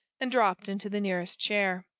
and dropped into the nearest chair.